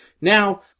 Now